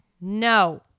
No